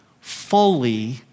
fully